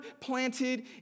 planted